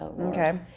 Okay